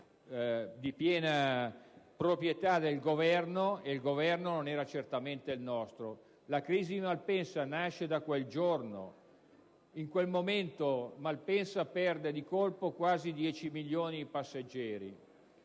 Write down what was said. di piena proprietà del Governo, e il Governo non era certamente il nostro. La crisi di Malpensa nasce da quel giorno: in quel momento Malpensa perde di colpo quasi 10 milioni di passeggeri.